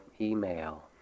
email